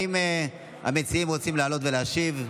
האם המציעים רוצים לעלות ולהשיב?